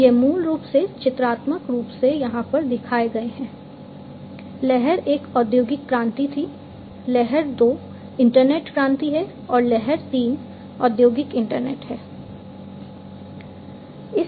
ये मूल रूप से चित्रात्मक रूप से यहां पर दिखाए गए हैं लहर एक औद्योगिक क्रांति थी लहर दो इंटरनेट क्रांति है और लहर तीन औद्योगिक इंटरनेट है